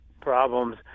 problems